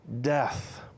Death